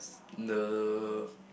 the